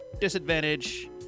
disadvantage